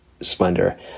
splendor